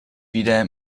wieder